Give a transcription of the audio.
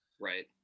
right